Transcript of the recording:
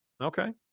Okay